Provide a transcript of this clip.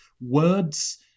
words